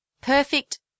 perfect